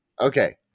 Okay